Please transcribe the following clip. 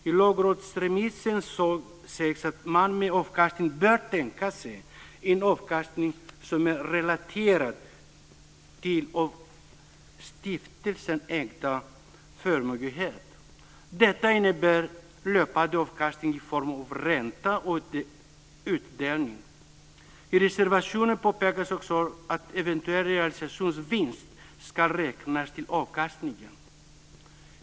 I lagrådsremissen sägs att man med avkastning bör tänka sig en avkastning som är relaterad till en av stiftelsen ägd förmögenhet. Det innebär löpande avkastning i form av ränta och utdelning. I reservationen påpekas också att eventuell realisationsvinst ska räknas till avkastningen.